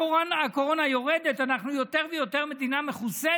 הקורונה יורדת, אנחנו מדינה יותר ויותר מחוסנת,